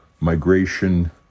migration